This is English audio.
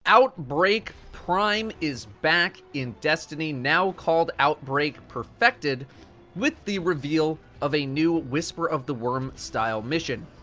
outbreak prime is back in destiny, now called outbreak perfected with the reveal of a new whisper of the worm style mission.